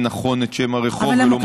נכון את שם הרחוב ולא מצא רחוב כזה אחר כך?